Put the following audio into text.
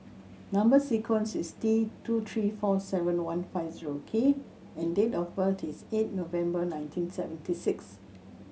number sequence is T two three four seven one five zero K and date of birth is eight November nineteen seventy six